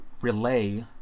relay